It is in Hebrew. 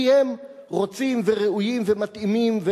כי הם רוצים וראויים ומתאימים,